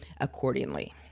accordingly